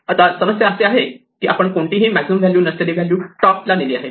आता समस्या अशी आहे की आपण कोणतीही मॅक्सिमम नसलेली व्हॅल्यू टॉप ला नेली आहे